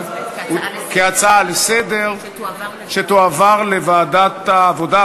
כהצעה לסדר-היום שתועבר לוועדת העבודה,